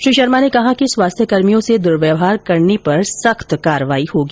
श्री शर्मा ने कहा कि स्वास्थ्यकर्मियों से दुर्व्यवहार करने पर सख्त कार्रवाई होगी